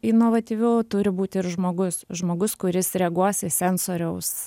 inovatyvių turi būti ir žmogus žmogus kuris reaguos į sensoriaus